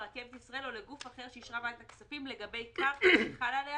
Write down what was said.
לרכבת ישראל או לגוף אחר שאישרה ועדת הכספים לגבי קרקע שחלה עליה